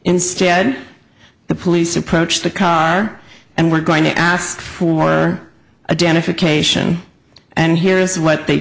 instead the police approached the car and were going to ask for identification and here is what they